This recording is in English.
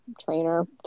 trainer